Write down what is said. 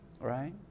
right